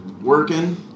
Working